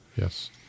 Yes